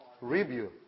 review